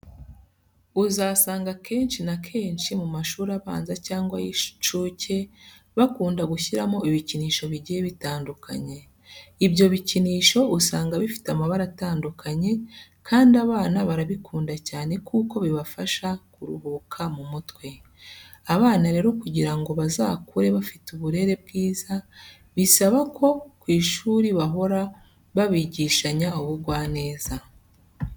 Uzasanga akenshi na kenshi mu mashuri abanza cyangwa ay'inshuke bakunda gushyiramo ibikinisho bigiye bitandukanye. Ibyo bikinisho usanga bifite amabara atandukanye kandi abana barabikunda cyane kuko bibafasha kuruhuka mu mutwe. Abana rero kugira ngo bazakure bafite uburere bwiza bisaba ko ku ishuri bahora babigishanya ubugwaneza.